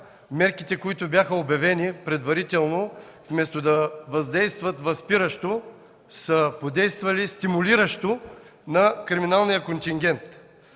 хил. лв. Явно обявените предварително мерки, вместо да въздействат възпиращо, са подействали стимулиращо на криминалния контингент.